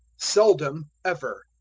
seldom ever.